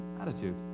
attitude